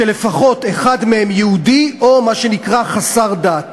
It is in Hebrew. שלפחות אחד מהם יהודי או מה שנקרא חסר דת.